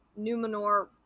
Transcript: Numenor